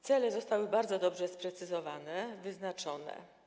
Cele zostały bardzo dobrze sprecyzowane, wyznaczone.